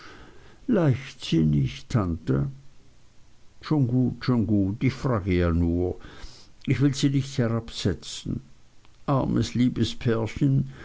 leichtsinnig tante schon gut schon gut ich frage ja nur ich will sie nicht herabsetzen armes